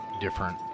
different